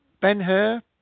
Ben-Hur